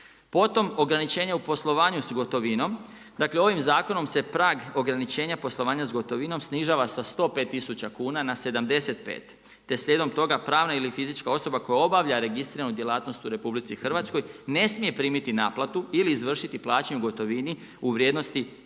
Potom ograničenje u poslovanju s gotovinom. Dakle, ovim zakonom se prag ograničenja poslovanja s gotovinom snižava sa 105 tisuća kuna, na 75. Te slijedom toga, pravna ili fizička osoba, koja obavlja registriranu djelatnost u RH, ne smije primiti naplatu, ili izvršiti plaćanje u gotovini u vrijednosti